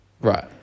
Right